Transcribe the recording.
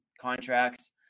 contracts